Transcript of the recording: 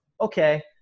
okay